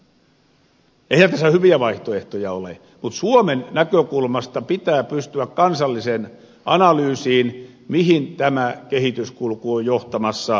eihän tässä hyviä vaihtoehtoja ole mutta suomen näkökulmasta pitää pystyä kansalliseen analyysiin mihin tämä kehityskulku on johtamassa